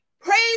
Praise